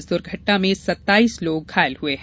इस दुर्घटना में सत्ताईस लोग घायल हुए हैं